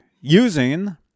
Using